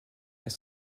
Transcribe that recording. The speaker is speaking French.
elle